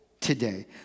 today